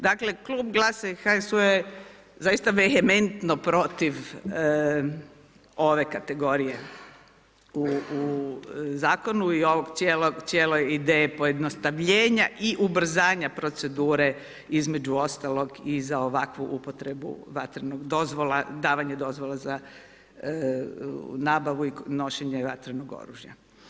Dakle Klub Glasa i HSU-a je zaista vehementno protiv ove kategorije u zakonu i ovoj cijeloj ideji pojednostavljenja i ubrzanja procedure između ostalog i za ovakvu upotrebu vatrenog, davanja dozvola za nabavu i nošenje vatrenog oružja.